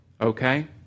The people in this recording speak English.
okay